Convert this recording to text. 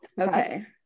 Okay